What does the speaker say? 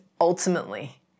ultimately